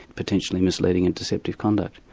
potentially misleading and deceptive conduct.